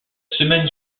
semaine